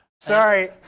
Sorry